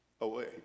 away